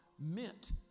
meant